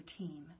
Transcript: routine